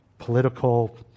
Political